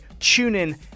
TuneIn